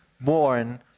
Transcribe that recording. born